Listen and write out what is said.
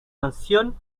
mansión